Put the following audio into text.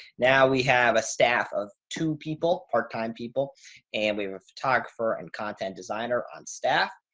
now we have a staff of two people, part time people and we have a photographer and content designer on staff.